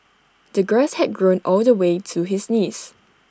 the grass had grown all the way to his knees